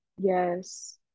Yes